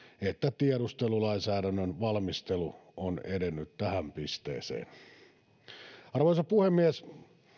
että tiedustelulainsäädännön valmistelu on edennyt tähän pisteeseen arvoisa puhemies